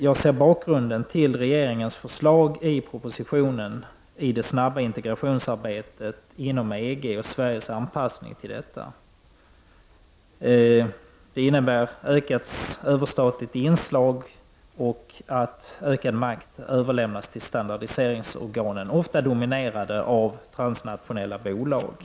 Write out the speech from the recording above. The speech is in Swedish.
Jag ser bakgrunden till regeringens förslag i propositionen i det snabba integrationsarbetet inom EG och Sveriges anpassning till det. Det innebär ett ökat överstatligt inslag och att ökad makt överlämnas till standardiseringsorganen, ofta dominerade av transnationella bolag.